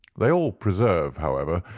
they all preserve, however,